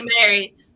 married